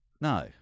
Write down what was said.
No